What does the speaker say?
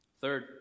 Third